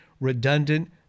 redundant